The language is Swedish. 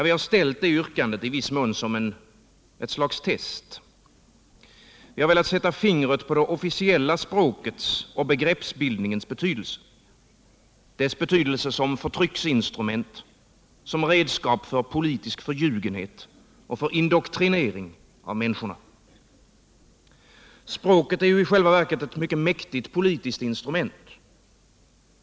Vi har i viss mån ställt yrkandet som ett slags test, och vi har velat sätta fingret på det officiella språkets och begreppsbildningens betydelse som förtrycksinstrument, som redskap för politisk förljugenhet och för indoktrinering av människorna. Språket är i själva verket ett mycket mäktigt politiskt instrument.